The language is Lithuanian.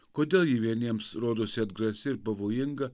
kodėl ji vieniems rodosi atgrasi ir pavojinga